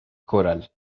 coral